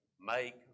Make